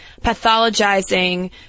pathologizing